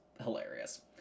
hilarious